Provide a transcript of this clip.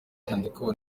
nyandiko